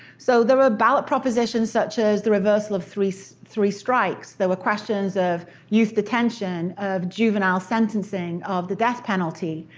so they're about propositions such as the reversal of three so three strikes. there were questions of youth detention, of juvenile sentencing, of the death penalty.